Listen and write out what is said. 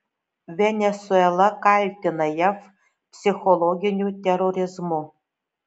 venesuela kaltina jav psichologiniu terorizmu